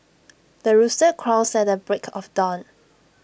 the rooster crows at the break of dawn